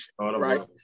Right